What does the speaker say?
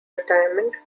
retirement